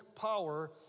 power